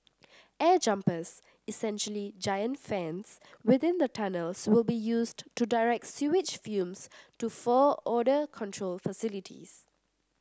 air jumpers essentially giant fans within the tunnels will be used to direct sewage fumes to four odour control facilities